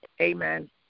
Amen